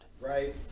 Right